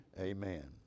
Amen